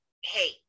hey